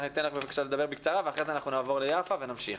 אנחנו ניתן לך לדבר בקצרה ואחרי כן נעבור ליפה בן דוד ונמשיך.